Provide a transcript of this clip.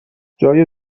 جای